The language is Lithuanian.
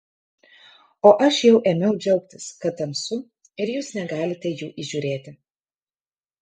o aš jau ėmiau džiaugtis kad tamsu ir jūs negalite jų įžiūrėti